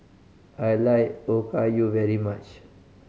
I like Okayu very much